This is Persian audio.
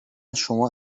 شما